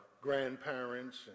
grandparents